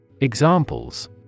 Examples